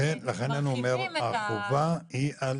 לכן מרחיבים את --- לכן החובה היא על